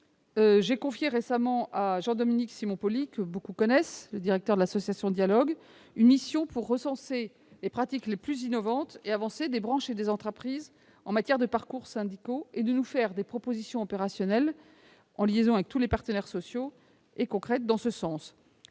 j'ai confié récemment à Jean-Dominique Simonpoli, directeur général de l'association Dialogues, une mission pour recenser les pratiques les plus innovantes et avancées des branches et des entreprises en matière de parcours syndicaux et nous faire des propositions opérationnelles, en liaison avec tous les partenaires sociaux, et concrètes dans ce sens.